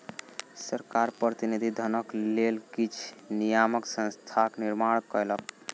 सरकार प्रतिनिधि धनक लेल किछ नियामक संस्थाक निर्माण कयलक